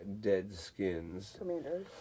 Deadskins